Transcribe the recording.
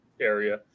area